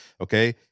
okay